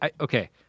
okay